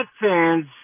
fans